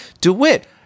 DeWitt